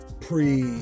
pre